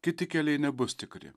kiti keliai nebus tikri